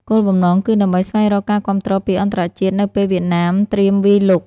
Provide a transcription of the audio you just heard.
គោលបំណងគឺដើម្បីស្វែងរកការគាំទ្រពីអន្តរជាតិនៅពេលវៀតណាមត្រៀមវាយលុក។